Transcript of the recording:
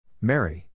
Mary